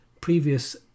previous